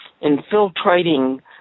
infiltrating